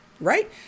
right